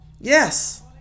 yes